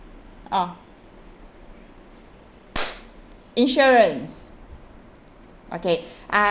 orh insurance okay uh